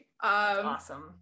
Awesome